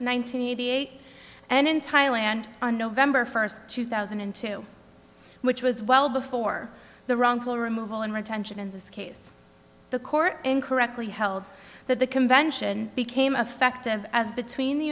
hundred eighty eight and in thailand on november first two thousand and two which was well before the wrongful removal and retention in this case the court incorrectly held that the convention became affective as between the